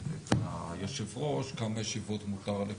אה, היית צריכה אישור כניסה.